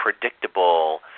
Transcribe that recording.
predictable